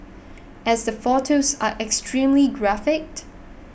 as the photos are extremely graphic